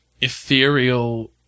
ethereal